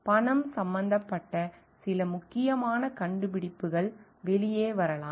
பணம் சம்பந்தப்பட்ட சில முக்கியமான கண்டுபிடிப்புகள் வெளிவரலாம்